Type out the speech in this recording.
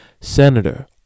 Senator